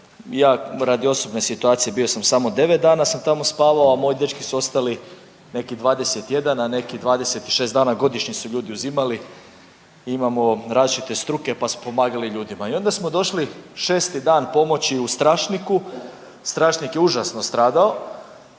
Ja, radi osobne situacije bio sam samo 9 dana sam tamo spavao, a moji dečki su ostali neki 21, neki 26 dana, godišnji su ljudi uzimali i imamo različite struke pa smo pomagali ljudima i onda smo došli 6. dan pomoći u Strašniku, Strašnik je užasno stradao,